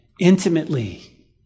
intimately